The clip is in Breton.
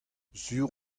sur